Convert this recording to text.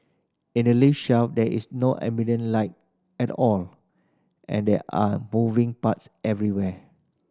in the lift shaft there is no ambient light at all and there are moving parts everywhere